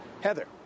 Heather